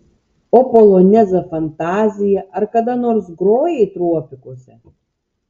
o polonezą fantaziją ar kada nors grojai tropikuose